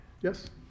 Yes